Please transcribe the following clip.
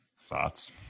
Thoughts